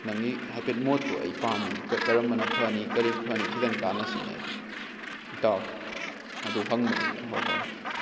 ꯅꯪꯒꯤ ꯍꯥꯏꯐꯦꯠ ꯃꯣꯠꯇꯣ ꯑꯩ ꯄꯥꯝꯃꯤ ꯀꯔꯝꯕꯅ ꯐꯅꯤ ꯀꯔꯤ ꯐꯅꯤ ꯈꯤꯇꯪ ꯇꯥꯟꯅꯁꯤꯅꯦ ꯏꯇꯥꯎ ꯑꯗꯨ ꯍꯪꯕꯅꯦꯗ ꯍꯣꯏ ꯍꯣꯏ ꯍꯣꯏ